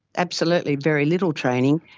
absolutely, very little training,